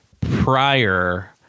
prior